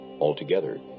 Altogether